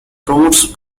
promotes